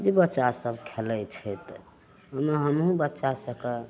जे बच्चा सब खेलाइ छै तऽ ओइमे हमहुँ बच्चा सबके